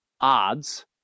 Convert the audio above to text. odds